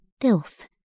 filth